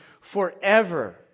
forever